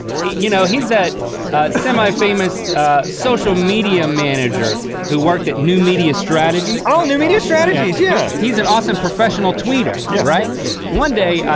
you know, he's that semi-famous social media manager who worked at new media strategies. oh, new media strategies! yeah! he's an awesome professional tweeter, yeah right? yeah, yeah. one day,